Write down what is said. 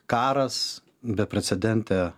karas beprecedentė